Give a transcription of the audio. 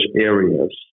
areas